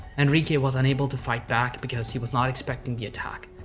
enrique was unable to fight back because he was not expecting the attack.